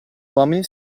uomini